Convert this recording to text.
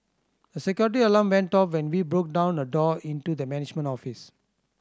a security alarm went off when we broke down a door into the management office